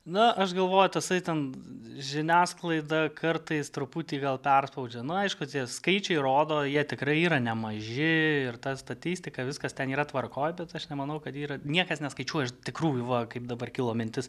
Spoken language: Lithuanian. na aš galvoju toksai ten žiniasklaida kartais truputį gal perspaudžia nu aišku tie skaičiai rodo jie tikrai yra nemaži ir tą statistiką viskas ten yra tvarkoj bet aš nemanau kad yra niekas neskaičiuoja tikrųjų va kaip dabar kilo mintis